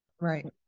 Right